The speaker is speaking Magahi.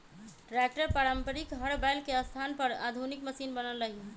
ट्रैक्टर पारम्परिक हर बैल के स्थान पर आधुनिक मशिन बनल हई